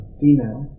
female